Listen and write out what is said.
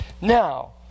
Now